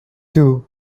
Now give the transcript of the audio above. two